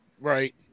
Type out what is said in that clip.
right